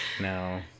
No